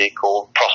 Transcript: called